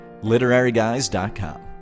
LiteraryGuys.com